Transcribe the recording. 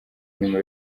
nyuma